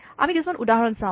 আমি কিছুমান উদাহৰণ চাওঁ